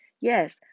yes